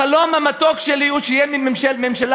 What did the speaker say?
החלום המתוק שלי הוא שתהיה מין ממשלה